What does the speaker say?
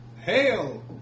Hail